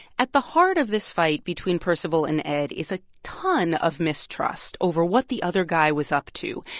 at the heart of this fight between percival and ed is a ton of mistrust over what the other guy was up to.